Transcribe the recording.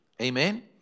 Amen